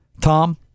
Tom